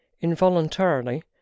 involuntarily